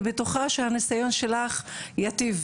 ואני בטוחה שהניסיון שלך ייטיב